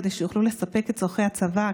כדי שיוכלו לספק את צורכי הצבא,